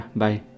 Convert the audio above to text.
bye